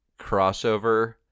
crossover